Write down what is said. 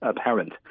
apparent